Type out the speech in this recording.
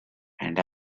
and